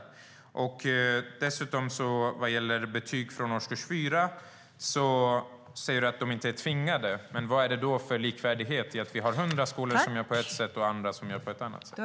Dessutom säger Ulrika Carlsson vad gäller betyg från årskurs 4 att de inte är tvingande. Men vad är det för likvärdighet om vi har 100 skolor som gör på ett sätt och andra som gör på ett annat sätt?